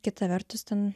kita vertus ten